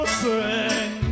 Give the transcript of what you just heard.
sing